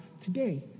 today